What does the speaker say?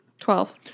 Twelve